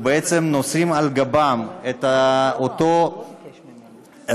ובעצם נושאים על גבם את אותה הוצאה,